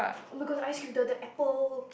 [oh]-my-god ice cream the the apple